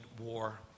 war